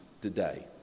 today